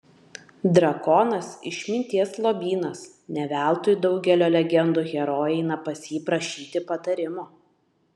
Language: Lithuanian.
drakonas išminties lobynas ne veltui daugelio legendų herojai eina pas jį prašyti patarimo